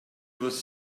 was